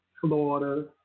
Florida